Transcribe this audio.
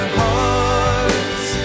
hearts